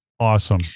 Awesome